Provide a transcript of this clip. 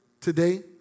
today